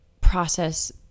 process